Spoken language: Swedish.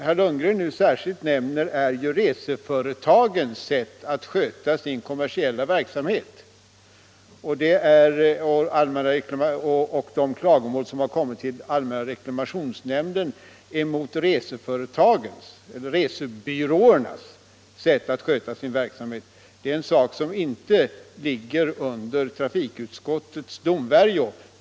Herr Lundgren talar nu om reseföretagens sätt att sköta sin kommersiella verksamhet och de klagomål som har kommit till allmänna reklamationsnämnden mot resebyråernas sätt att sköta sin verksamhet. Den frågan faller inte inom trafikutskottets domvärjo.